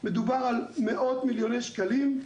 מדובר על מאות מיליוני שקלים.